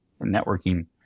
networking